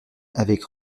avec